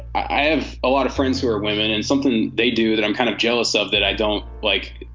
i have a lot of friends who are women and something they do that i'm kind of jealous of that i don't like.